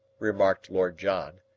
remarked lord john,